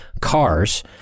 cars